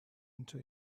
into